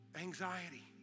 anxiety